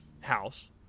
house